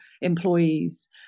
employees